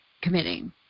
committing